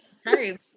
Sorry